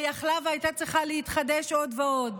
ויכלה והייתה צריכה להתחדש עוד ועוד.